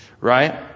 right